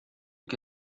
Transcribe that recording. que